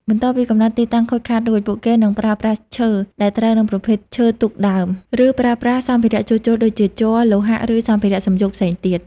បន្ទាប់ពីកំណត់ទីតាំងខូចខាតរួច ពួកគេនឹងប្រើប្រាស់ឈើដែលត្រូវនឹងប្រភេទឈើទូកដើម ឬប្រើប្រាស់សម្ភារៈជួសជុលដូចជា ជ័រ លោហៈ ឬសម្ភារៈសំយោគផ្សេងទៀត។